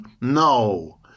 No